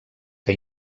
que